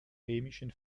chemischen